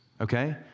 okay